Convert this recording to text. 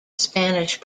spanish